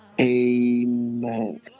Amen